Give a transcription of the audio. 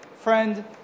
Friend